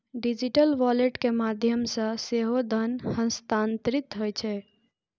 digital wallet के माध्यम सं सेहो धन हस्तांतरित होइ छै